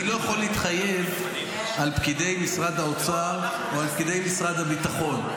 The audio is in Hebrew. אני לא יכול להתחייב על פקידי משרד האוצר או על פקידי משרד הביטחון.